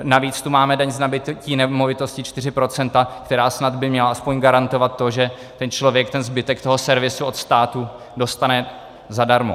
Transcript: Navíc tu máme daň z nabytí nemovitostí 4 %, která snad by měla aspoň garantovat to, že člověk zbytek toho servisu od státu dostane zadarmo.